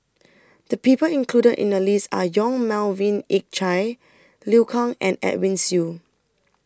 The People included in The list Are Yong Melvin Yik Chye Liu Kang and Edwin Siew